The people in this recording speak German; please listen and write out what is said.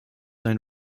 ein